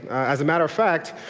as a matter of fact,